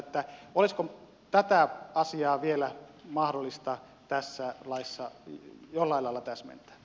olisiko tätä asiaa vielä mahdollista tässä laissa jollain lailla täsmentää